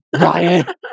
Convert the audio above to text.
Ryan